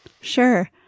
Sure